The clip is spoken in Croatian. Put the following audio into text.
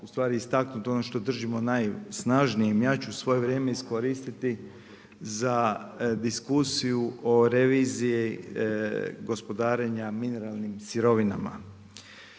ustvari istaknuti ono što držimo najsnažnijim. Ja ću svoje vrijeme iskoristiti za diskusiju o reviziji gospodarenja mineralnim sirovina.